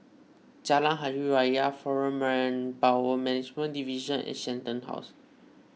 Jalan Hari Raya foreign Manpower Management Division and Shenton House